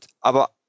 Aber